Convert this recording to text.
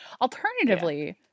Alternatively